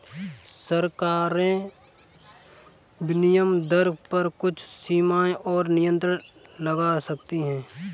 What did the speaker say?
सरकारें विनिमय दर पर कुछ सीमाएँ और नियंत्रण लगा सकती हैं